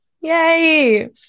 Yay